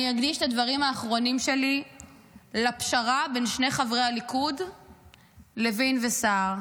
אני אקדיש את הדברים האחרונים שלי לפשרה בין שני חברי הליכוד לוין וסער.